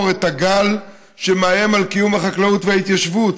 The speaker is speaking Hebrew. את הגל שמאיים על קיום החקלאות וההתיישבות,